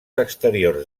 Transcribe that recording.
exteriors